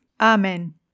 Amen